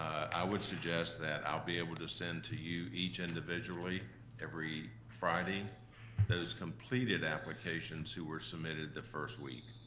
i would suggest that i'll be able to send to you each individually every friday those completed applications who were submitted the first week,